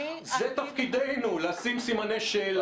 זה תפקידנו, לשים סימני שאלה.